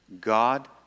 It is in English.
God